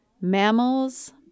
Mammals